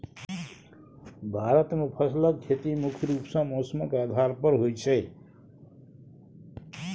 भारत मे फसलक खेती मुख्य रूप सँ मौसमक आधार पर होइ छै